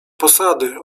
posady